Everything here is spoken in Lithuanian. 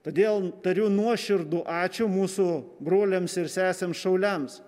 todėl tariu nuoširdų ačiū mūsų broliams ir sesėms šauliams